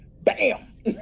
Bam